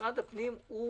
משרד הפנים הוא